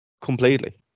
completely